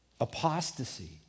Apostasy